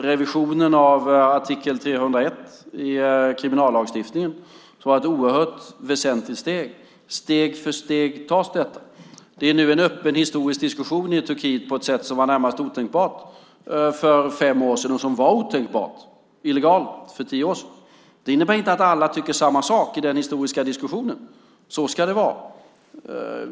Revisionen av artikel 301 i kriminallagstiftningen var ett oerhört väsentligt steg. Det tas nu steg. Det är nu en öppen historisk diskussion i Turkiet på ett sätt som var närmast otänkbart för fem år sedan och som var både otänkbart och illegalt för tio år sedan. Det innebär inte att alla tycker samma sak i den historiska diskussionen. Så ska det vara.